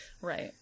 Right